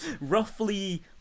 roughly